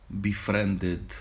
befriended